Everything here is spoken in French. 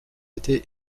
été